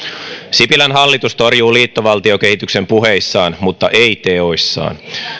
sipilän hallitus torjuu liittovaltiokehityksen puheissaan mutta ei teoissaan